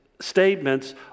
statements